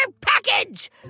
package